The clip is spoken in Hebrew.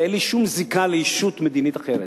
ואין לי שום זיקה לישות מדינית אחרת.